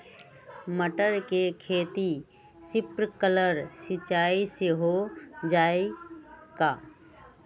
मटर के खेती स्प्रिंकलर सिंचाई से हो जाई का?